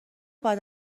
بعد